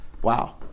wow